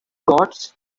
gods